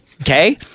okay